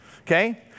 Okay